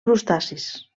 crustacis